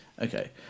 Okay